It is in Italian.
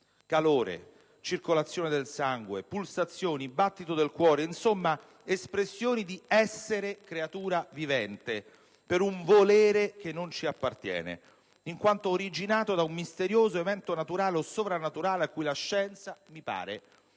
calore, circolazione del sangue*,* pulsazioni, battito del cuore, insomma espressione di essere creatura vivente per un "volere" che non ci appartiene, in quanto originato da un misterioso evento naturale o sovrannaturale a cui la scienza, mi pare, abbia